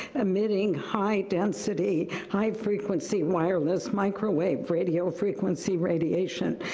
emitting high-density, high frequency wireless microwave radio frequency radiation.